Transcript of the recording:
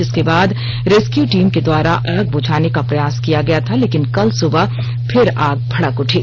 जिसके बाद rescue team के द्वारा आग बुझाने का प्रयास किया गया था लेकिन कल सुबह फिर आग भड़क उठी